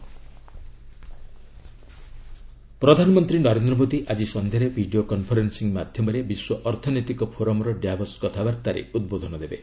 PM WEF ପ୍ରଧାନମନ୍ତ୍ରୀ ନରେନ୍ଦ୍ର ମୋଦି ଆଜି ସଂଧ୍ୟାରେ ଭିଡ଼ିଓ କନ୍ଫରେନ୍ସିଂ ମାଧ୍ୟମରେ ବିଶ୍ୱ ଅର୍ଥନୈତିକ ଫୋରମ୍ର ଡ୍ୟାଭସ କଥାବାର୍ତ୍ତାରେ ଉଦ୍ବୋଧନ ଦେବେ